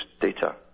data